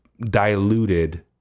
diluted